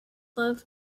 love